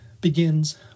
begins